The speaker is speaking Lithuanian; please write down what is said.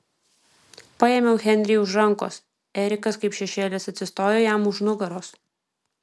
paėmiau henrį už rankos erikas kaip šešėlis atsistojo jam už nugaros